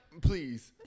please